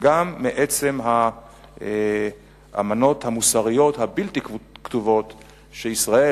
וגם מעצם האמנות המוסריות הבלתי-כתובות שישראל,